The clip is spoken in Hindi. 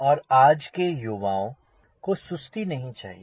और आज के युवाओं को सुस्ती नहीं चाहिए